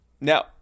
Now